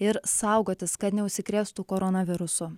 ir saugotis kad neužsikrėstų koronavirusu